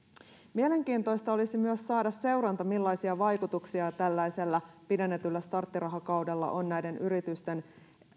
mielenkiintoista olisi myös saada seuranta millaisia vaikutuksia tällaisella pidennetyllä starttirahakaudella on näiden yritysten